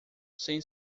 sem